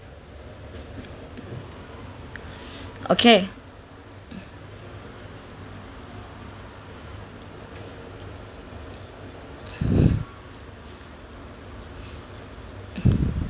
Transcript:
okay